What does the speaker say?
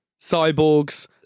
cyborgs